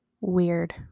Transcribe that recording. Weird